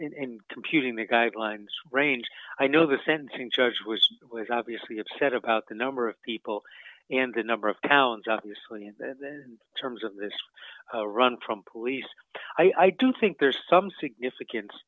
and in computing the guidelines range i know the sentencing judge was obviously upset about the number of people and the number of counts obviously in terms of the run from police i do think there's some significance